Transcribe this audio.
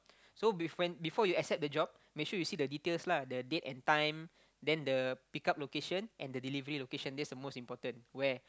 so before when before you accept the job make sure you see the details lah the date and time then the pick up location and the delivery location that's the most important where